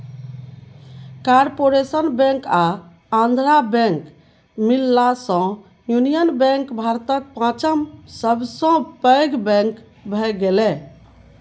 corporation bank आ Andhra bank मिललासँ union bank भारतक पाँचम सबसँ पैघ बैंक भए गेलै